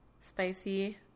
Spicy